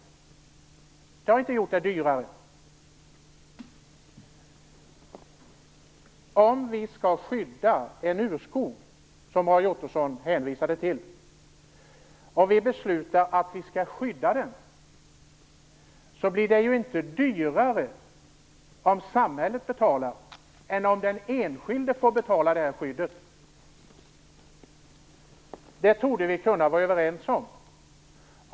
Det har det inte gjort. Om vi skall besluta att skydda en urskog - som Roy Ottosson vill - blir det ju inte dyrare om samhället betalar än om den enskilde får betala skyddet. Det torde vi kunna vara överens om.